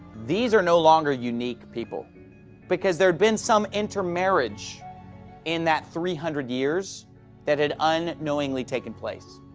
these are no longer unique people because there had been some intermarriage in that three hundred years that had unknowingly taken place.